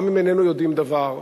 גם אם איננו יודעים דבר,